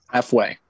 Halfway